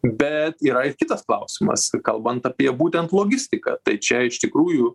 bet yra ir kitas klausimas kalbant apie būtent logistiką tai čia iš tikrųjų